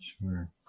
Sure